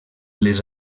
les